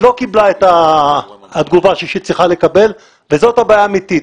לא קיבלה את התגובה שהיא צריכה לקבל וזאת הבעיה האמיתית.